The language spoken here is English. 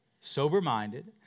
Sober-minded